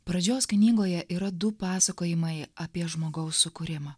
pradžios knygoje yra du pasakojimai apie žmogaus sukūrimą